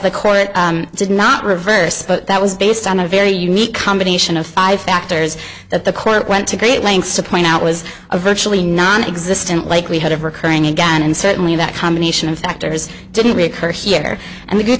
the court did not reverse but that was based on a very unique combination of five factors that the current went to great lengths to point out was a virtually nonexistent likelihood of recurring again and certainly that combination of factors didn't reoccur here and